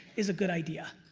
is a good idea.